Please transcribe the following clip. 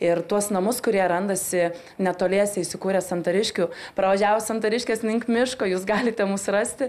ir tuos namus kurie randasi netoliese įsikūrę santariškių pravažiavus santariškes link miško jūs galite mus rasti